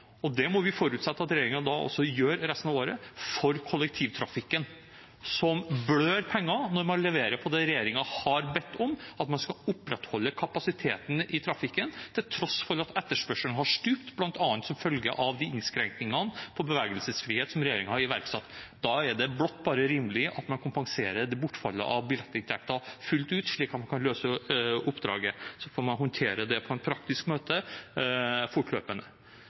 og det må vi forutsette at regjeringen også gjør resten av året – for kollektivtrafikken. De blør penger når de leverer på det regjeringen har bedt om, at man skal opprettholde kapasiteten i trafikken til tross for at etterspørselen har stupt, bl.a. som følge av de innskrenkningene på bevegelsesfrihet som regjeringen har iverksatt. Da er det bare rimelig at man kompenserer det bortfallet av billettinntekter fullt ut, slik at man kan løse oppdraget. Så får man håndtere det på en praktisk måte fortløpende.